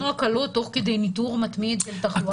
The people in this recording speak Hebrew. עשינו הקלות תוך כדי ניטור מתמיד של תחלואה.